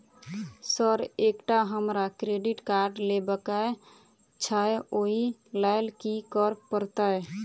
Sir एकटा हमरा credit card लेबकै छैय ओई लैल की करऽ परतै?